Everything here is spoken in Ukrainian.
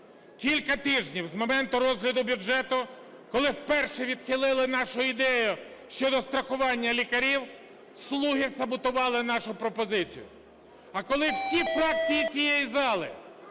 Кілька тижнів з моменту розгляду бюджету, коли вперше відхилили нашу ідею щодо страхування лікарів, "слуги" саботували нашу пропозицію. А коли всі фракції цієї зали